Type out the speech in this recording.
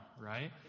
right